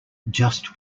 just